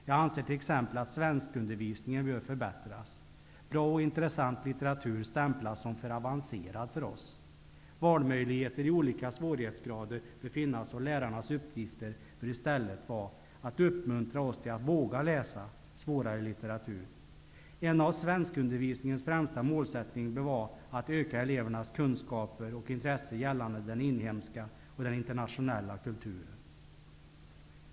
Jag anser t.ex. att svenskundervisningen bör förbättras. Bra och intressant litteratur stämplas som för avancerad för oss. Valmöjligheter i olika svårighetsgrader bör finnas, och lärarnas uppgift bör i stället vara att uppmuntra oss att våga läsa svårare litteratur. En av svenskundervisningens främsta målsättningar bör vara att öka elevernas kunskaper och intresse gällande den inhemska och den internationella kulturen.